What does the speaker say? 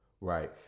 Right